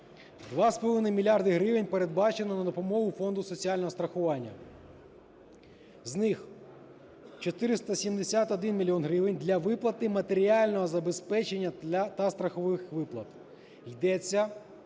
мільярди гривень передбачено на допомогу Фонду соціального страхування. З них: 471 мільйон гривень – для виплати матеріального забезпечення та страхових виплат. Йдеться